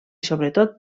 sobretot